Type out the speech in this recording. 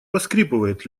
поскрипывает